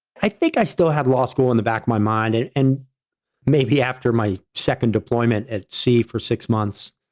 i think i still had law school in the back of my mind. and and maybe after my second deployment at sea for six months,